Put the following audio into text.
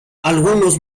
algunos